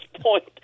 point